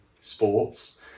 sports